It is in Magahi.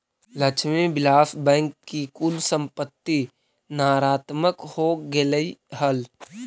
लक्ष्मी विलास बैंक की कुल संपत्ति नकारात्मक हो गेलइ हल